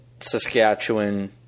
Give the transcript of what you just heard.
Saskatchewan